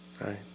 right